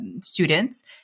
students